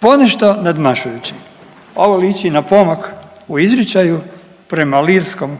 Ponešto nadmašujuće, Ovo liči na pomak u izričaju prema lirskom